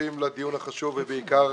שותפים לדיון החשוב ובעיקר